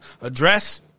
address